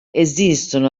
esistono